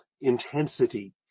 intensity